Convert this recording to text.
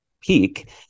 peak